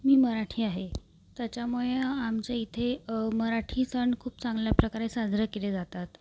मी मराठी आहे त्याच्यामुळे आमच्या इथे मराठी सण खूप चांगल्या प्रकारे साजरे केले जातात